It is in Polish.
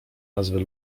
nazwy